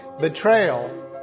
betrayal